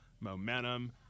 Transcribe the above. momentum